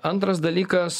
antras dalykas